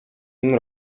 tym